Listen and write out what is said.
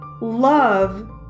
Love